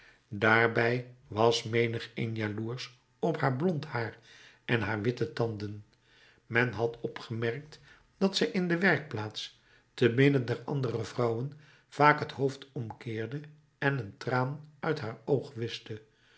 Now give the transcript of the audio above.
daarbij was menigeen jaloersch op haar blond haar en haar witte tanden men had opgemerkt dat zij in de werkplaats te midden der andere vrouwen vaak het hoofd omkeerde en een traan uit haar oogen wischte